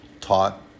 taught